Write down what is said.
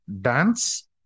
dance